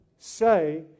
Say